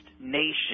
nation